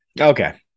Okay